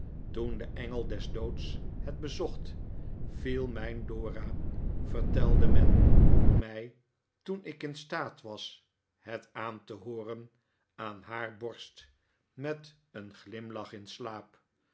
toen de engel des doods net bezocht viel mijn dora vertelde men mij toen ik in staat was het aan te hooren aan haar borst met een glimlach in slaap